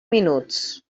minuts